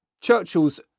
Churchill's